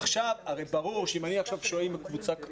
הרי ברור שאם אני עכשיו שוהה עם קבוצה,